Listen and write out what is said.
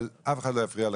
אבל אף אחד לא יפריע לך.